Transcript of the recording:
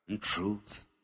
truth